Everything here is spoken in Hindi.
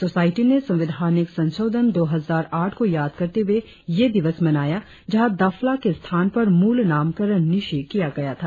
सोसायटी ने संवैधानिक संशोधन दो हजार आठ को याद करते यह दिवस मनाया जहाँ दफला के स्थान पर मूल नामकरण न्यीशी किया गया था